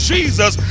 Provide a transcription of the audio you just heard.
Jesus